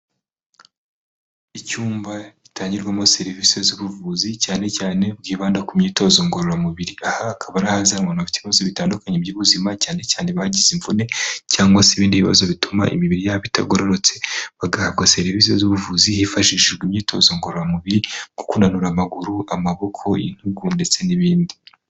Icyumba gitangirwamo serivisi z'ubuvuzi cyane cyane bwibanda ku myitozo ngororamubiri aha hakaba arahazanwa abantu byibuze bafite ibibazo bitandukanye by'ubuzima cyane cyane abagize imvune cyangwa se ibindi bibazo bituma imibiri yabo itagororotse bagahabwa serivisi z'ubuvuzi hifashishijwe imyitozo ngororamubiri mukunanura amaguru amaboko y'intugu ndetse n'ibindi.